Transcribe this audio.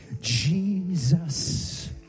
Jesus